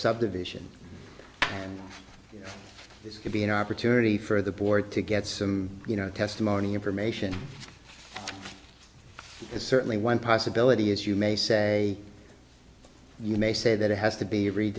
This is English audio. subdivision and this could be an opportunity for the board to get some you know testimony information is certainly one possibility as you may say you may say that it has to be re